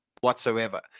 whatsoever